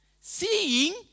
Seeing